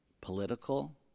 political